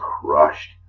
crushed